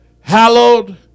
hallowed